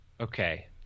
Okay